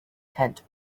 tent